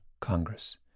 Congress